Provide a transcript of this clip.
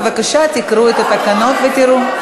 בבקשה, תקראו את התקנון ותראו.